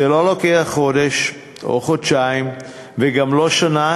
זה לא לוקח חודש או חודשיים וגם לא שנה,